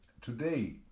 Today